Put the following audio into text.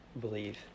believe